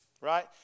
right